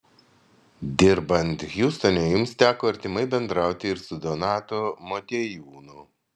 dirbant hjustone jums teko artimai bendrauti ir su donatu motiejūnu